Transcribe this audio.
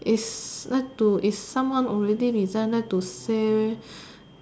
is like to is someone already resign like to say